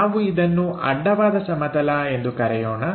ನಾವು ಇದನ್ನು ಅಡ್ಡವಾದ ಸಮತಲ ಎಂದು ಕರೆಯೋಣ